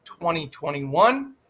2021